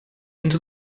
into